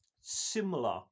similar